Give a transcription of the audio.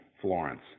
Florence